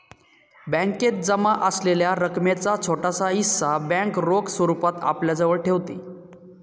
बॅकेत जमा असलेल्या रकमेचा छोटासा हिस्सा बँक रोख स्वरूपात आपल्याजवळ ठेवते